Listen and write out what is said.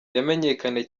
yamenyekanye